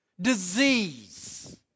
disease